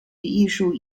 艺术